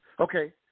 Okay